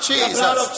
Jesus